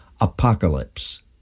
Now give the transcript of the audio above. Apocalypse